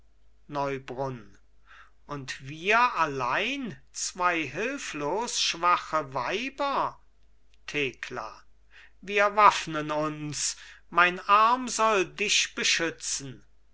neubrunn und wir allein zwei hilflos schwache weiber thekla wir waffnen uns mein arm soll dich beschützen